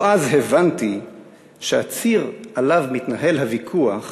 או אז הבנתי שהציר שעליו הוויכוח